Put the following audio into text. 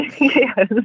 Yes